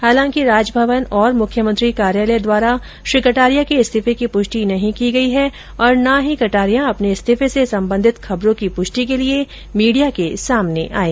हालांकि राजभवन तथा मुख्यमंत्री कार्यालय द्वारा श्री कटारिया के इस्तीफे की पुष्टि नहीं की गई है और ना ही कटारिया अपने इस्तीफे से संबंधित खबरों की पुष्टि के लिये मीडिया के सामने आये